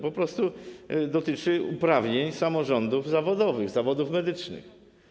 Po prostu dotyczy to uprawnień samorządów zawodowych zawodów medycznych.